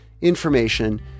information